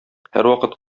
һәрвакыт